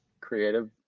creative